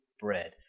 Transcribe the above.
bread